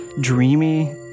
dreamy